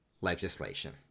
legislation